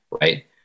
right